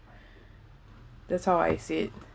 that's how I said